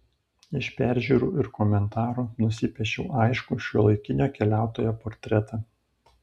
iš peržiūrų ir komentarų nusipiešiau aiškų šiuolaikinio keliautojo portretą